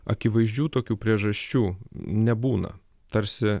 akivaizdžių tokių priežasčių nebūna tarsi